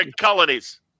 colonies